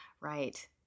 Right